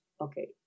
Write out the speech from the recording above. Okay